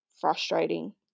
frustrating